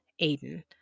Aiden